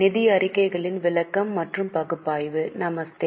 நமஸ்தே